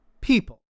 people